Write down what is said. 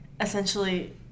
essentially